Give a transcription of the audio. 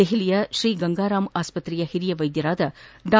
ದೆಹಲಿಯ ತ್ರೀಗಂಗಾರಾಂ ಆಸ್ಪತ್ತೆಯ ಹಿರಿಯ ವೈದ್ಯರಾದ ಡಾ